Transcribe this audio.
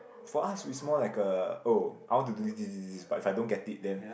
for us it's more like uh oh I want to do this this this this but if I don't get it then